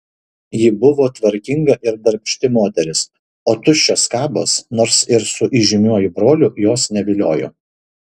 ji buvo tvarkinga ir darbšti moteris o tuščios kabos nors ir su įžymiuoju broliu jos neviliojo